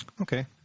Okay